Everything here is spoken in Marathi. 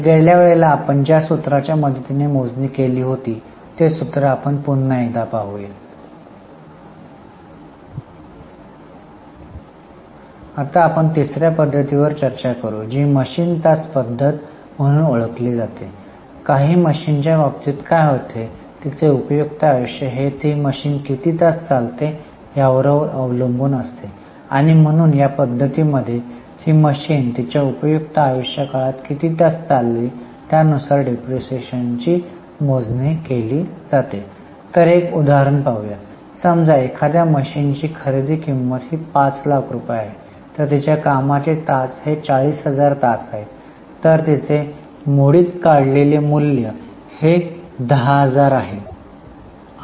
तर गेल्या वेळेला आपण ज्या सूत्राच्या मदतीने मोजणी केली होती ते सूत्र आपण पुन्हा एकदा पाहू या आता आपण तिसऱ्या पद्धतीवर चर्चा करू जि मशीन तास पद्धत म्हणून ओळखले जाते काही मशीनच्या बाबतीत काय होते तिचे उपयुक्त आयुष्य आहे ती मशीन किती तास चालते यावर अवलंबून असते आणि म्हणून या पद्धतीमध्ये ती मशीन तिच्या उपयुक्त आयुष्य काळात किती तास चालली यानुसार डिप्रीशीएशनची मोजणी केली जाते तर एक उदाहरण पाहूया समजा एखाद्या मशीन ची खरेदी किंमत हे 5लाख रुपये आहे तिच्या कामाचे तास हे 40000 तास आहे तर तिथे मोडीत काढलेले मूल्य हे 10000 आहे